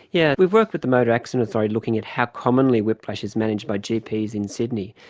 yeah we've worked with the motor accident authority looking at how commonly whiplash is managed by gps in sydney.